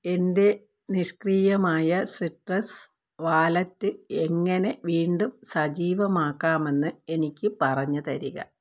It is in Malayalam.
എൻ്റെ നിഷ്ക്രിയമായ സിട്രസ് വാലറ്റ് എങ്ങനെ വീണ്ടും സജീവമാക്കാമെന്ന് എനിക്ക് പറഞ്ഞുതരിക